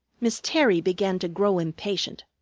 miss terry began to grow impatient.